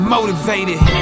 Motivated